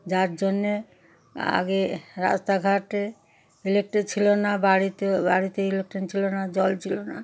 যার জন্যে আগে রাস্তাঘাটে ইলেকট্রিক ছিল না বাড়িতে বাড়িতে ইলেকট্রিক ছিল না জল ছিল না